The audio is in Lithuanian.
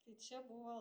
tai čia buvo